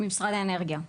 ממשרד האנרגיה.